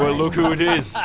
ah look who it is!